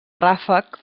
ràfec